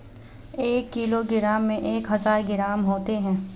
एक किलोग्राम में एक हज़ार ग्राम होते हैं